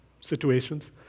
situations